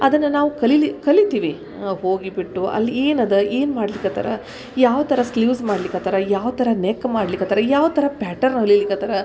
ಅದನ್ನು ನಾವು ಕಲಿಯಲಿ ಕಲೀತೀವಿ ಹೋಗಿಬಿಟ್ಟು ಅಲ್ಲಿ ಏನು ಅದ ಏನು ಮಾಡ್ಲಿಕ್ಕತ್ತಾರ ಯಾವ ಥರ ಸ್ಲೀವ್ಸ್ ಮಾಡ್ಲಿಕ್ಕತ್ತಾರ ಯಾವ ಥರ ನೆಕ್ ಮಾಡ್ಲಿಕ್ಕತ್ತಾರ ಯಾವ ಥರ ಪ್ಯಾಟರ್ನ್ ಹೊಲಿಲಿಕ್ಕತ್ತಾರ